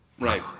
Right